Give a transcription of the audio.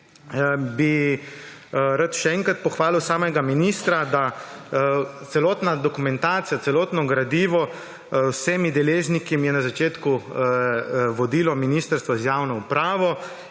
bi rad še enkrat pohvalil samega ministra, da celotna dokumentacija, celotno gradivo z vsemi deležniki je na začetku vodilo Ministrstvo za javno upravo